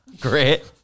Great